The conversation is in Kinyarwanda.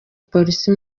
polisi